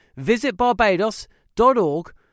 visitbarbados.org